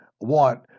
want